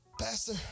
Pastor